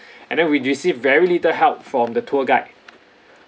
and then we received very little help from the tour guide